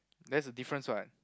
there's a difference what